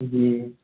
जी